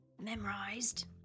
Memorized